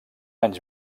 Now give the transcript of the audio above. anys